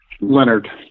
Leonard